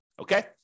okay